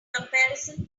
comparison